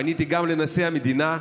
פניתי גם לנשיא המדינה,